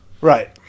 Right